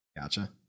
Gotcha